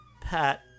Pat